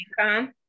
income